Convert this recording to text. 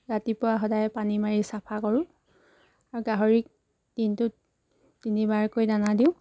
ৰাতিপুৱা সদায় পানী মাৰি চাফা কৰোঁ আৰু গাহৰিক দিনটোত তিনিবাৰকৈ দানা দিওঁ